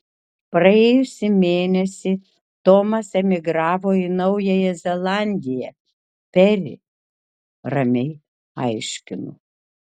praėjusį mėnesį tomas emigravo į naująją zelandiją peri ramiai aiškinu